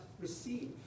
receive